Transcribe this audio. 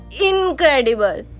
incredible